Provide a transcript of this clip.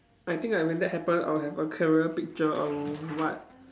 I think like when that happen I will have a clearer picture of what